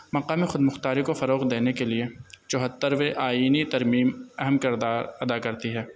مقامی خود مختاری کو فروغ دینے کے لیے جوہترویں آئین ترمیم اہم کردار ادا کرتی ہے